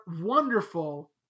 wonderful